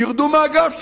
תרדו מהגב שלנו,